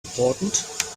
important